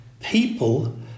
People